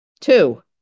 Two